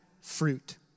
fruit